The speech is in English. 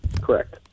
Correct